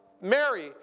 Mary